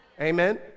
Amen